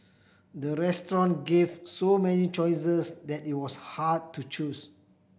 the restaurant gave so many choices that it was hard to choose